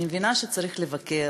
אני מבחינה שצריך לבקר,